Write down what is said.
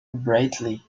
brightly